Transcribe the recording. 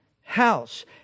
house